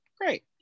great